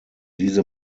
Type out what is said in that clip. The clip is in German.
diese